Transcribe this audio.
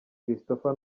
christopher